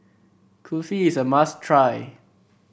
kulfi is a must try